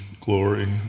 glory